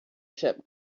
ship